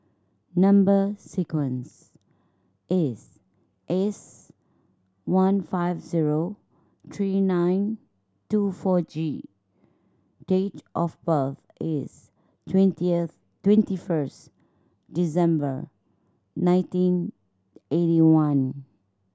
number sequence is S one five zero three nine two four G date of birth is twentieth twenty first December nineteen eighty one